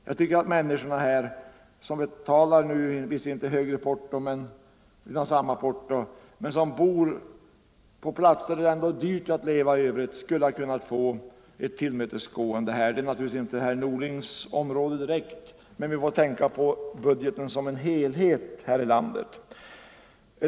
Jag tycker att människorna här, som visserligen inte betalar högre porto men som bor på platser där det i övrigt är dyrt att leva, skulle kunna få ett tillmötesgående på detta område. Det är naturligtvis inte herr Norlings område men vi får tänka på budgeten som en helhet i landet.